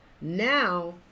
Now